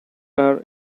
are